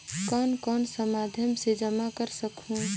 कौन कौन सा माध्यम से जमा कर सखहू?